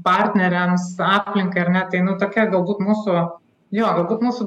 partneriams aplinkai ar ne tai nu tokia galbūt mūsų jo galbūt mūsų